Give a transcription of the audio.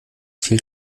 viel